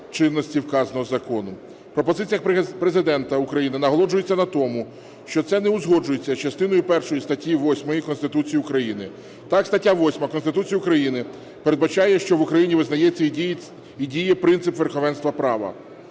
пропозиціях Президента України наголошується на тому, що це не узгоджується з частиною першою статті 8 Конституції України. Так стаття 8 Конституції України передбачає, що в Україні визнається і діє принцип верховенства права.